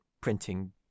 printing